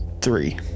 Three